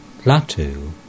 Latu